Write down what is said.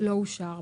לא אושר במליאה.